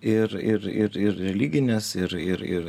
ir ir ir ir religines ir ir ir